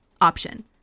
option